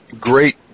great